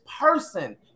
person